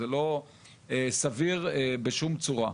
זה לא סביר בשום צורה.